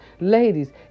Ladies